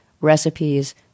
recipes